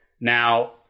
Now